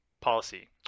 policy